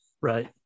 right